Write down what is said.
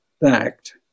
fact